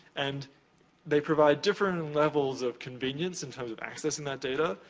and they provide different levels of convenience, in terms of accessing that data.